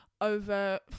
over